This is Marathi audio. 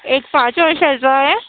एक पाच वर्षाचा आहे